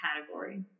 category